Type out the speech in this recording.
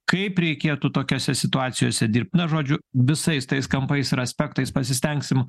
kaip reikėtų tokiose situacijose dirbt na žodžiu visais tais kampais ir aspektais pasistengsim